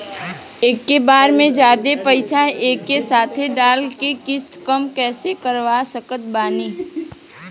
एके बार मे जादे पईसा एके साथे डाल के किश्त कम कैसे करवा सकत बानी?